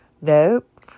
nope